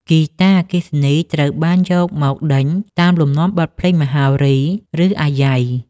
ហ្គីតាអគ្គិសនី ត្រូវបានយកមកដេញតាមលំនាំបទភ្លេងមហោរី ឬអាយ៉ៃ។